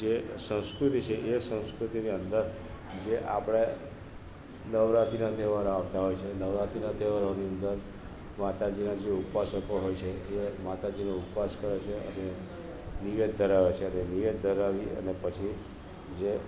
જે સંસ્કૃતિ છે એ સંસ્કૃતિની અંદર જે આપણે નવરાત્રીના તહેવારો આવતા હોય છે નવરાત્રીના તહેવારોની અંદર માતાજીના જે ઉપાસકો હોય છે જે માતાજીની ઉપવાસ કરે છે અને નિવેદ ધરાવે છે તે નિવેદ ધરાવી અને પછી જે